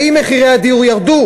האם מחירי הדיור ירדו?